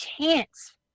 chance